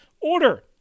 order